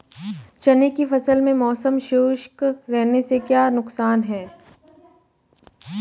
चने की फसल में मौसम शुष्क रहने से क्या नुकसान है?